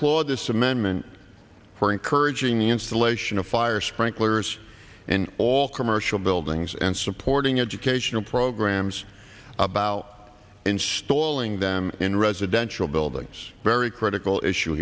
applaud this amendment for encouraging the installation of fire sprinklers and all commercial buildings and supporting educational programs about installing them in residential buildings very critical issue